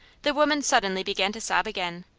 the woman suddenly began to sob again,